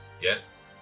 Yes